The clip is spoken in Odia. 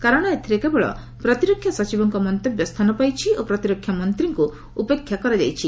କାରଣ ଏଥିରେ କେବଳ ପ୍ରତିରକ୍ଷା ସଚିବଙ୍କ ମନ୍ତବ୍ୟ ସ୍ଥାନ ପାଇଛି ଓ ପ୍ରତିରକ୍ଷା ମନ୍ତ୍ରୀଙ୍କୁ ଉପେକ୍ଷା କରାଯାଇଛି